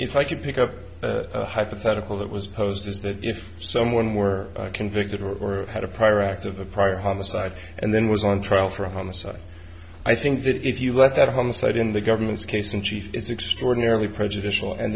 if i could pick up a hypothetical that was posed is that if someone were convicted or had a prior act of a prior homicide and then was on trial for homicide i think that if you let that homicide in the government's case in chief it's extraordinarily prejudicial and